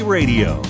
Radio